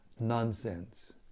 nonsense